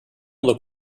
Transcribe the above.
look